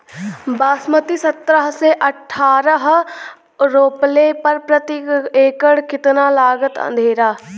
बासमती सत्रह से अठारह रोपले पर प्रति एकड़ कितना लागत अंधेरा?